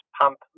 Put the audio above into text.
pump